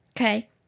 Okay